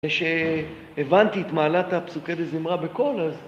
כשהבנתי את מעלת הפסוקי בזמרה בקול אז...